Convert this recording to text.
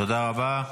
תודה רבה.